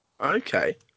Okay